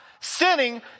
sinning